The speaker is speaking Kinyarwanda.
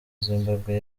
zimbabwe